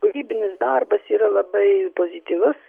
kūrybinis darbas yra labai pozityvus